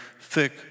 thick